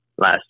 last